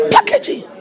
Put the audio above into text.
Packaging